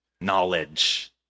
knowledge